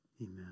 amen